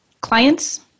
clients